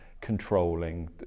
controlling